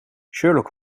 sherlock